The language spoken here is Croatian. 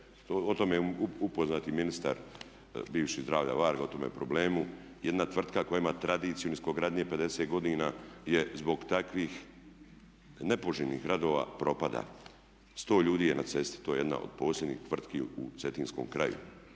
o tome je upoznat i ministar bivši zdravlja Varga, o tome problemu. Jedna tvrtka koja ima tradiciju niskogradnje 50 godina je zbog takvih, nepoželjnih radova propada. 100 ljudi je na cesti. To je jedna od posebnih tvrtki u cetinskom kraju.